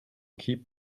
keep